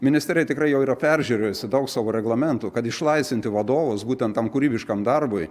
ministerija tikrai jau yra peržiūrėjusi daug savo reglamentų kad išlaisvinti vadovus būtent tam kūrybiškam darbui